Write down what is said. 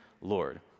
Lord